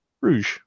Rouge